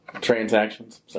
Transactions